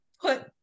put